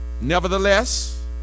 Nevertheless